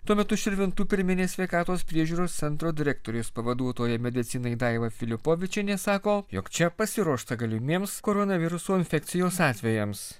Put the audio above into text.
tuo metu širvintų pirminės sveikatos priežiūros centro direktorės pavaduotoja medicinai daiva filipovičienė sako jog čia pasiruošta galimiems koronaviruso infekcijos atvejams